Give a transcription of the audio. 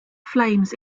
flames